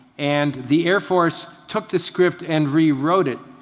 and the air force took the script and rewrote it.